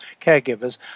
Caregivers